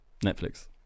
Netflix